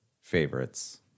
favorites